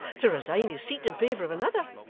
to resign his seat in favour of another?